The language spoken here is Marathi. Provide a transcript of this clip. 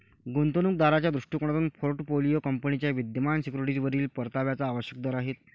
गुंतवणूक दाराच्या दृष्टिकोनातून पोर्टफोलिओ कंपनीच्या विद्यमान सिक्युरिटीजवरील परताव्याचा आवश्यक दर आहे